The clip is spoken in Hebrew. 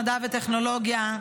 המדע והטכנולוגיה,